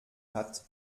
hat